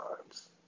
times